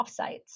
offsites